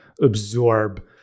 absorb